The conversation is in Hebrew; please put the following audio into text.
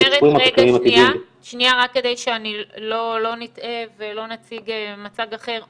רק כדי שלא נטעה ולא נציג מצג אחר,